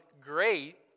great